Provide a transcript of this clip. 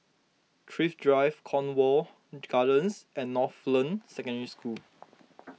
Thrift Drive Cornwall Gardens and Northland Secondary School